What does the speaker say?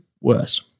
worse